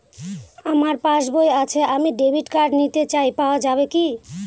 আমার পাসবই আছে আমি ডেবিট কার্ড নিতে চাই পাওয়া যাবে কি?